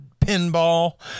pinball